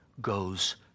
goes